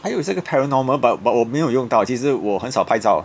还有些一个 paranormal but but 我没有用到其实我很少拍照